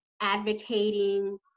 advocating